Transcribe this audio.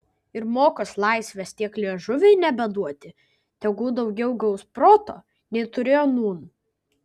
ir mokos laisvės tiek liežuviui nebeduoti tegu daugiau gaus proto nei turėjo nūn